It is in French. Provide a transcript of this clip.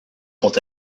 quant